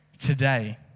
today